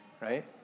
right